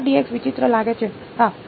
આ વિચિત્ર લાગે છે હા